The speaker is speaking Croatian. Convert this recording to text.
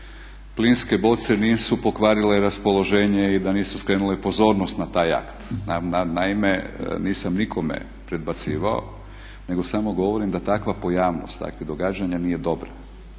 plinske boce nisu pokvarile raspoloženje i da nisu skrenule pozornost na taj akt. Naime, nisam nikome predbacivao nego samo govorim da takva pojavnost takvih događanja nije dobra